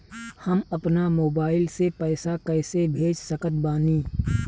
हम अपना मोबाइल से पैसा कैसे भेज सकत बानी?